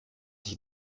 ich